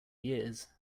years